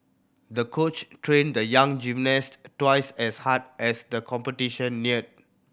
the coach trained the young gymnast twice as hard as the competition neared